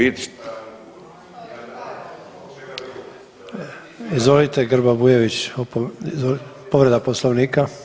Izvolite Grba Bujević, povreda Poslovnika.